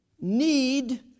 need